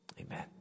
Amen